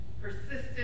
persistent